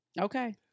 Okay